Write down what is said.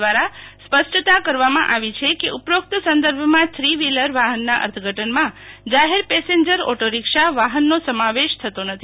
દવારા સ્પષ્ટતા કરવામાં આવી છે કે ઉપરોકત સંદર્ભ માં થ્રી વ્હોલર વાહનના અર્થઘટનમાં જાહેર પેસેન્જર ઓટો રોક્ષા વાહનનો સમાવેશ થતો નથી